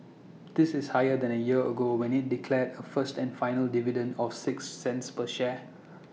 this is higher than A year ago when IT declared A first and final dividend of six cents per share